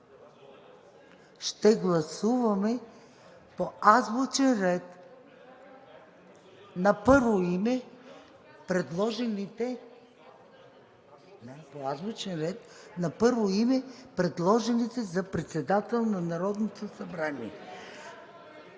…ще гласуваме по азбучен ред на първо име предложените за председател на Народното събрание.